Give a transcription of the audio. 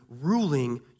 ruling